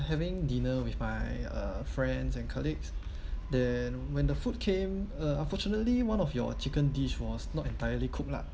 having dinner with my uh friends and colleagues then when the food came uh unfortunately one of your chicken dish was not entirely cooked lah